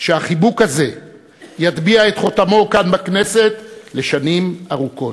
שהחיבוק הזה יטביע את חותמו כאן בכנסת לשנים ארוכות.